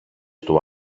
του